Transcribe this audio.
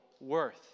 worth